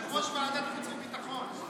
יושב-ראש ועדת חוץ וביטחון,